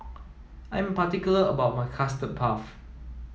I am particular about my custard puff